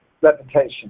reputation